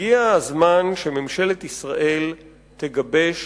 הגיע הזמן שממשלת ישראל תגבש